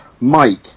Mike